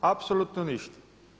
Apsolutno ništa.